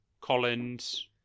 Collins